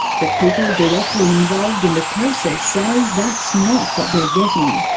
but people directly involved in the process say that's not what they are getting.